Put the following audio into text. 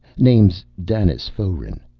name's danis foeren.